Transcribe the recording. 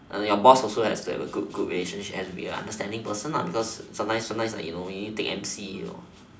your boss also has to have a good good relationship and has to be an understanding person because sometimes sometimes like you know you need take M_C